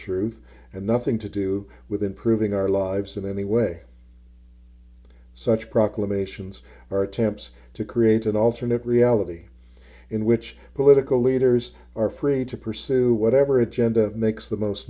truth and nothing to do with improving our lives in any way such proclamations or attempts to create an alternate reality in which political leaders are free to pursue whatever agenda makes the most